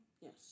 Yes